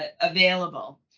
available